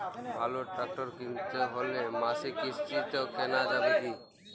ভালো ট্রাক্টর কিনতে হলে মাসিক কিস্তিতে কেনা যাবে কি?